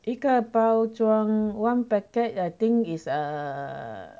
一个包装 one packet I think is err